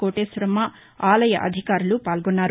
కోటేశ్వరమ్మ ఆలయ అధికారులు పాల్గొన్నారు